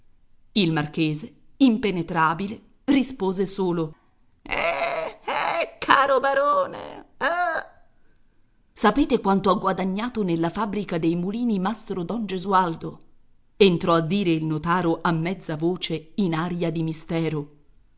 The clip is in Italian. il marchese impenetrabile rispose solo eh eh caro barone eh eh sapete quanto ha guadagnato nella fabbrica dei mulini mastro don gesualdo entrò a dire il notaro a mezza voce in aria di mistero